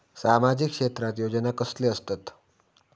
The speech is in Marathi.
सामाजिक क्षेत्रात योजना कसले असतत?